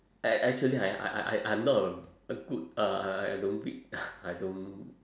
act~ actually I I I I I'm not a good uh I don't read I don't